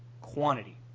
quantity